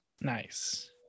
Nice